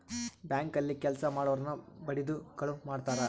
bank ಅಲ್ಲಿ ಕೆಲ್ಸ ಮಾಡೊರ್ನ ಬಡಿದು ಕಳುವ್ ಮಾಡ್ತಾರ